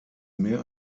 mehr